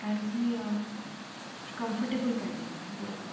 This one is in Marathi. कारण की कम्फर्टेबल पाहिजे बरोबर